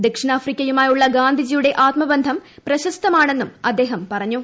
ദക്ഷിണാഫ്രിക്കയുമായുള്ള ഗാന്ധിജിയുടെ ആത്മബന്ധം പ്രശസ്തമാണെന്നും അദ്ദേഹം പറഞ്ഞു